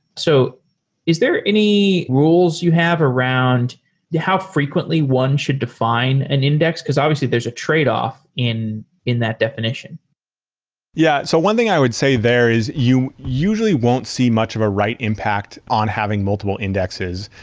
so is there any rules you have around how frequently one should define an index? because obviously there's a tradeoff in in that definition yeah. so one thing i would say there is you usually won't see much of a write impact on having multiple indexes.